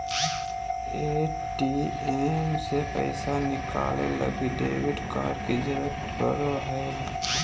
ATM से पैसा निकाले लगी डेबिट कार्ड के जरूरत पड़ो हय